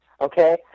okay